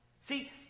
See